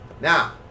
now